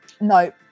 No